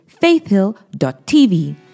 faithhill.tv